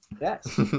Yes